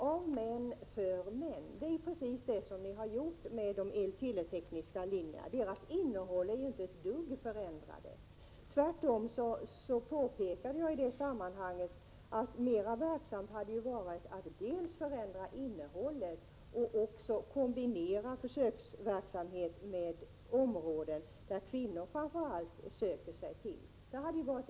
Det är precis det ni har gjort med de el—-tele-tekniska linjerna, där innehållet inte har förändrats ett dugg. Jag har i detta sammanhang påpekat att det hade varit mera verksamt att dels förändra innehållet, dels kombinera försöksverksamheten med områden som kvinnor framför allt söker sig till.